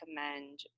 recommend